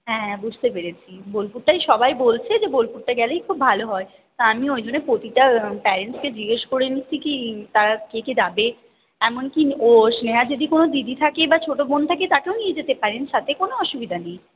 হ্যাঁ বুঝতে পেরেছি বোলপুরটাই সবাই বলছে যে বোলপুরটা গেলেই খুব ভালো হয় তা আমি ওই জন্য প্রতিটা প্যারেন্টসকে জিজ্ঞেস করে নিচ্ছি কি তারা কে কে যাবে এমনকী ও স্নেহার যদি কোনো দিদি থাকে বা ছোটো বোন থাকে তাকেও নিয়ে যেতে পারেন সাথে কোনো অসুবিধা নেই